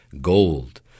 gold